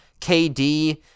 KD